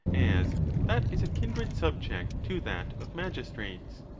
as that is a kindred subject to that of magistrates.